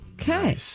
Okay